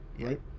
right